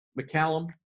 McCallum